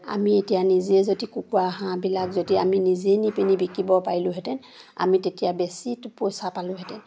আমি এতিয়া নিজে যদি কুকুৰা হাঁহবিলাক যদি আমি নিজেই নি পিনি বিকিব পাৰিলোঁহেঁতেন আমি তেতিয়া বেছি পইচা পালোঁহেঁতেন